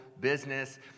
business